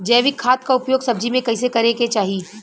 जैविक खाद क उपयोग सब्जी में कैसे करे के चाही?